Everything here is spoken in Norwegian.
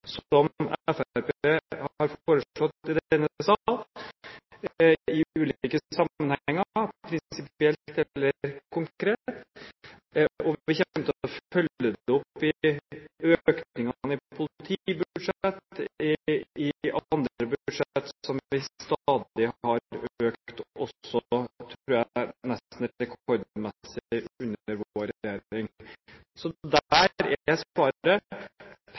har foreslått i denne sal i ulike sammenhenger, prinsipielt eller konkret, og vi kommer til å følge det opp i økningene i politibudsjettet og i andre budsjetter som stadig har økt også nesten rekordmessig, tror jeg, under vår regjering. Det er svaret: Pengene må brukes på fellesskap i stedet for på andre ting. Jeg